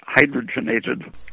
hydrogenated